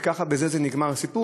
ובזה נגמר הסיפור.